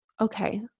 okay